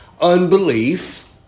unbelief